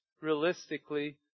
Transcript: realistically